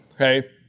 okay